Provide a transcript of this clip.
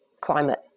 climate